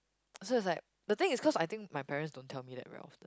so it's like the thing is cause I think my parents don't tell me that very often